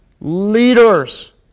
leaders